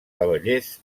cavallers